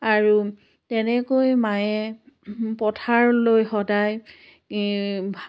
আৰু তেনেকৈ মায়ে পথাৰলৈ সদায় ভা